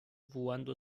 voando